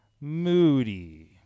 moody